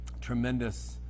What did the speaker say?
tremendous